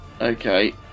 Okay